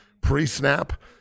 pre-snap